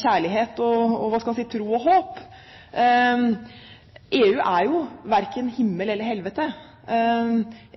kjærlighet, tro og håp – at EU verken er himmel eller helvete.